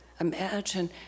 Imagine